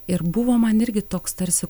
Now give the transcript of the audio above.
ir buvo man irgi toks tarsi